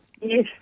Yes